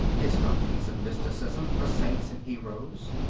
is not a piece of mysticism for saints and heroes.